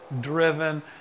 driven